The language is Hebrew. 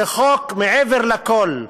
זה חוק, מעבר לכול,